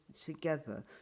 together